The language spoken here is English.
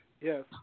Yes